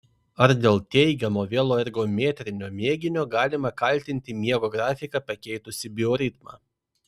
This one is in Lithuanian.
ar dėl teigiamo veloergometrinio mėginio galima kaltinti miego grafiką pakeitusį bioritmą